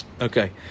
Okay